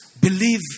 Believe